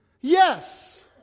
yes